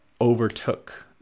overtook